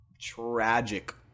tragic